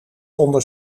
onder